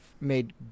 made